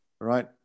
right